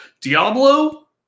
diablo